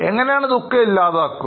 എങ്ങനെയാണ് ദുഃഖം ഇല്ലാതാക്കുക